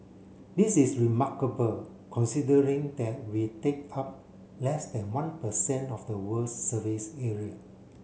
this is remarkable considering that we take up less than one per cent of the world's surface area